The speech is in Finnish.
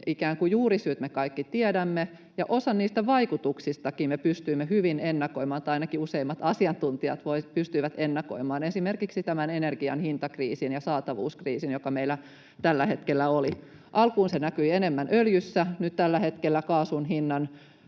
ikään kuin juurisyyt me kaikki tiedämme, ja osan niistä vaikutuksistakin me pystyimme hyvin ennakoimaan — tai ainakin useimmat asiantuntijat pystyivät ennakoimaan esimerkiksi tämän energian hintakriisin ja saatavuuskriisin, jotka meillä tällä hetkellä on. Alkuun ne näkyivät enemmän öljyssä, nyt tällä hetkellä kaasun hinnan